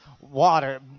water